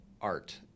art